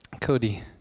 Cody